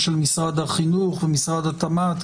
של משרד החינוך ושל משרד התמ"ת,